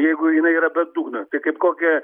jeigu jinai yra be dugno tai kaip kokia